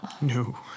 No